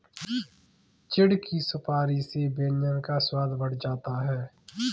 चिढ़ की सुपारी से व्यंजन का स्वाद बढ़ जाता है